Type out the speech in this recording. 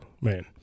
man